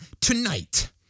tonight